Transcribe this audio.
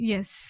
Yes